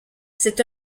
c’est